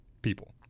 People